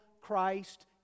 Christ